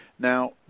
Now